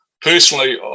personally